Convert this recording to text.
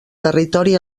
territori